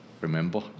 remember